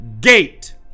gate